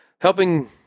helping